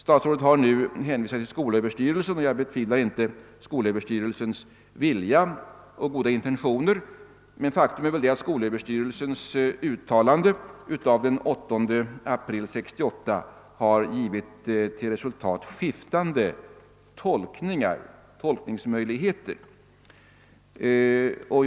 Statsrådet hänvisar till skolöverstyrelsen. Jag betvivlar inte skolöverstyrelsens vilja och goda intentioner, men faktum är att skolöverstyrelsens uttalande av den 8 april 1968 givit skiftande tolkningsmöjligheter till resultat.